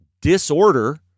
disorder